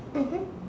mmhmm